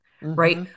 right